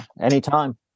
Anytime